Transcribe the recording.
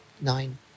nine